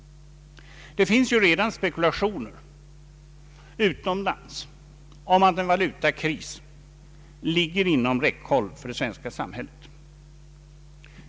Det förekommer redan spekulationer utomlands om att en valutakris ligger inom räckhåll för det svenska samhället nästa år.